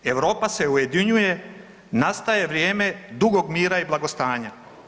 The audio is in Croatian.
Europa se ujedinjuje, nastaje vrijeme dugog mira i blagostanja.